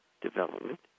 development